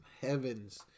heavens